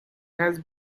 has